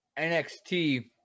NXT